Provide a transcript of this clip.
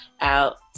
out